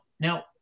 now